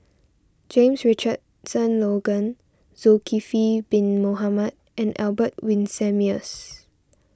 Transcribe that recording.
James Richardson Logan Zulkifli Bin Mohamed and Albert Winsemius